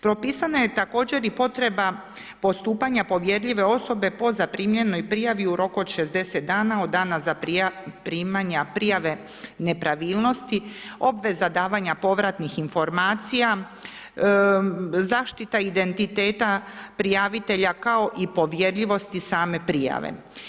Propisana je također potreba postupanje povjerljive osobe po zaprimljenoj prijavi u roku od 60 dana, od dana zaprimanje prijave nepravilnosti, obveza davanja povratnih informacija, zaštita identiteta prijavitelja kao i povjerljivosti same prijave.